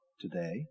today